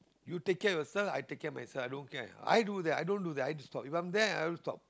you take of yourself I take care of myself i don't care i do that i don't that I just stop if I'm there I'll stop